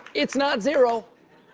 it's not zero,